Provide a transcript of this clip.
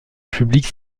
publique